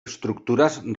estructures